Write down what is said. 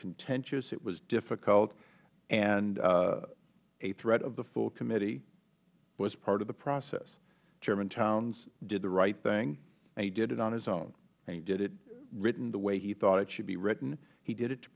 contentious it was difficult and a threat of the full committee was part of the process chairman towns did the right thing and he did it on his own and he did it written the way he thought it should be written he did it to